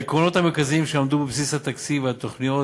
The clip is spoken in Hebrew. העקרונות המרכזיים שעמדו בבסיס התקציב והתוכניות